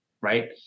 Right